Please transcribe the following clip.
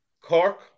Cork